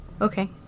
Okay